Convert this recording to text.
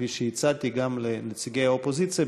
כפי שהצעתי גם לנציגי האופוזיציה,